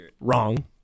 Wrong